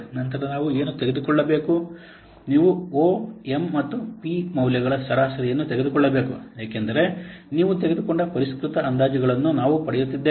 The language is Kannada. ನಂತರ ನಾವು ಏನು ತೆಗೆದುಕೊಳ್ಳಬೇಕು ನೀವು ಒ ಎಂ ಮತ್ತು ಪಿ ಮೌಲ್ಯಗಳ ಸರಾಸರಿಯನ್ನು ತೆಗೆದುಕೊಳ್ಳಬೇಕು ಏಕೆಂದರೆ ನೀವು ತೆಗೆದುಕೊಂಡ ಪರಿಷ್ಕೃತ ಅಂದಾಜುಗಳನ್ನು ನಾವು ಪಡೆಯುತ್ತಿದ್ದೇವೆ